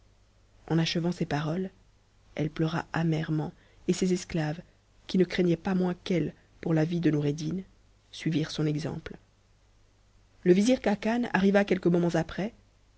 en achevant ces paroles elle pleura amèrement et ses esclaves qui ne craignaient pas moins qu'elle pour la vie de noureddin suivirent son exemple le vizir khacan arriva quelques moments après